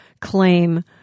claim